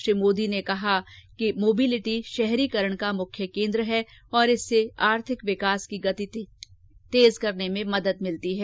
श्री मोदी ने कहा कि मोबिलिटी शहरीकरण का मुख्य केन्द्र है और इससे आर्थिक विकास की गति तेज करने में मदद मिलती है